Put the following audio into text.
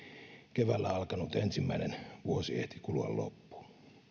keväällä alkanut ensimmäinen vuosi ehti kulua loppuun